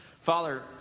Father